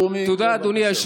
אתה לא תוריד אותי.